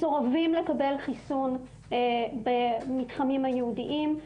מסורבים לקבל חיסון במתחמים הייעודיים.